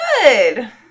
Good